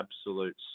absolute